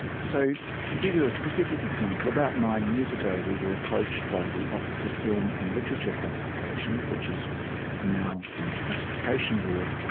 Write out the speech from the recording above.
so to give you a specific example, about nine years ago we were approached by the office of film and literature classification, which is now the classification board,